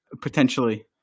potentially